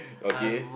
okay